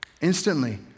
Instantly